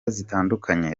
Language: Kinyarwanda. zitandukanye